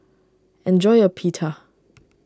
enjoy your Pita